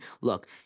look